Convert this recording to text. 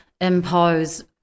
impose